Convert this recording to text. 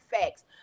facts